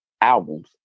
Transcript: albums